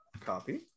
Copy